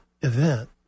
event